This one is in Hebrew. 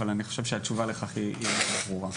אבל אני חושב שהתשובה היא די ברורה.